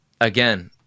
again